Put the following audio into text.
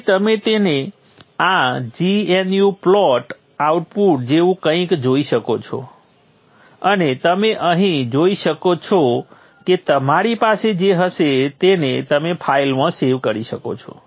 તેથી તમે તેને આ gnu પ્લોટ આઉટપુટ જેવું કંઈક જોઈ શકો છો અને તમે અહીં જોઈ શકો છો કે તમારી પાસે જે હશે તેને તમે ફાઇલમાં સેવ કરી શકો છો